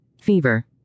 Fever